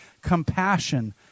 Compassion